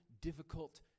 difficult